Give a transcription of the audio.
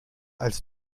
als